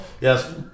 Yes